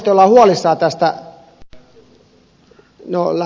no länsi euroopan joo